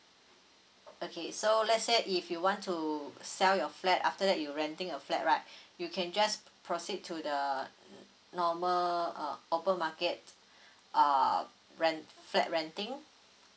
okay so let's say if you want to sell your flat after that you renting your flat right you can just proceed to the normal uh over market uh rent flat renting